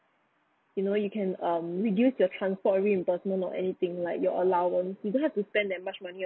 in a way you can um reduce your transport reimbursement or anything like your allowance you don't have to spend that much money